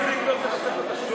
אבל המעסיק זה בתוספת תשלום.